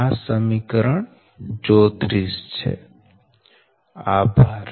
આ સમીકરણ છે 34 છે